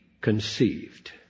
conceived